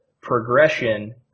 progression